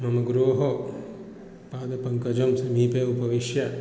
मम गुरोः पादपङ्कजं समीपे उपविश्य